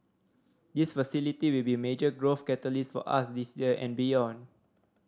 this facility will be major growth catalyst for us this year and beyond